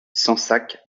sansac